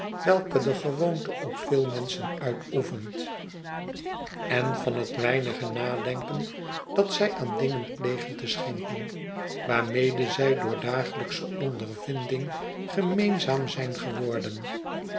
welke de gewoonte op veel menschen uitoefent en van het weinige nadenken dat zij aan dingen plegen te schenken waarmede zy door dagelijksche ondervinding gemeenzaam zijn geworden